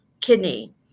kidney